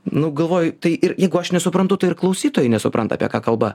nu galvoju tai ir jeigu aš nesuprantu tai ir klausytojai nesupranta apie ką kalba